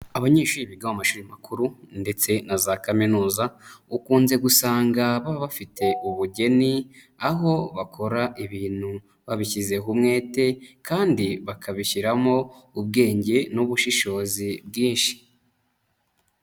Abanyeshuri biga mu mashuri makuru ndetse na za kaminuza, ukunze gusanga baba bafite ubugeni, aho bakora ibintu babishyizeho umwete kandi bakabishyiramo ubwenge n'ubushishozi bwinshi.